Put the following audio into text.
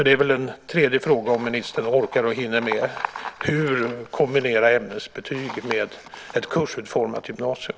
Det är alltså en tredje fråga, om ministern orkar och hinner med: Hur kombinera ämnesbetyg med ett kursutformat gymnasium?